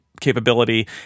capability